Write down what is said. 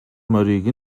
морийг